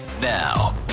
Now